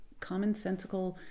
commonsensical